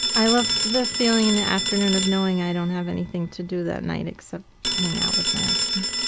i love the feeling that afternoon of knowing i don't have anything to do that night except hang out with my husband.